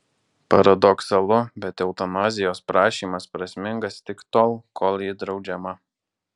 paradoksalu bet eutanazijos prašymas prasmingas tik tol kol ji draudžiama